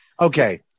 Okay